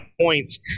points